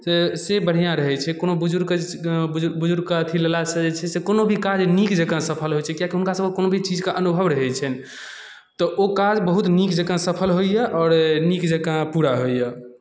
से से बढ़िआँ रहै छै कोनो बुजुर्गके बुजुर्ग बुजुर्गके अथी लेलासँ जे छै से कोनो भी कार्य नीक जँका सफल होइ छै किआकि हुनकासभके कोनो भी चीजके अनुभव रहै छनि तऽ ओ काज बहुत नीक जँका सफल होइए आओर नीक जँका पूरा होइए